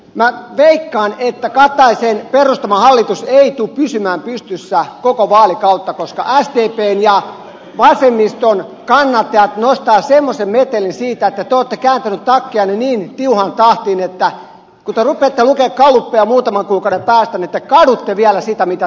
minä veikkaan että kataisen perustama hallitus ei tule pysymään pystyssä koko vaalikautta koska sdpn ja vasemmiston kannattajat nostavat semmoisen metelin siitä että te olette kääntäneet takkianne niin tiuhaan tahtiin että kun te rupeatte lukemaan galluppeja muutaman kuukauden päästä niin te kadutte vielä sitä mitä te olette tehneet